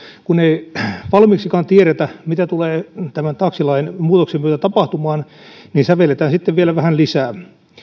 kun ei valmiiksikaan tiedetä mitä tulee tämän taksilain muutoksen myötä tapahtumaan niin sävelletään sitten vielä vähän lisää